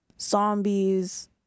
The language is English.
zombies